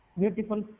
beautiful